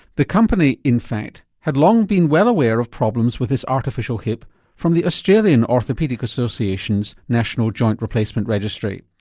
the company in fact had long been well aware of problems with this artificial hip from the australian orthopaedic association's national joint replacement registry.